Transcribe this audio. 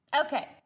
Okay